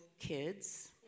kids